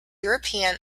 european